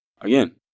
again